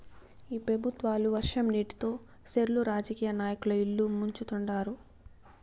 ఈ పెబుత్వాలు వర్షం నీటితో సెర్లు రాజకీయ నాయకుల ఇల్లు ముంచుతండారు